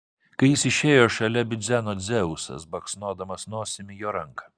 kai jis išėjo šalia bidzeno dzeusas baksnodamas nosimi jo ranką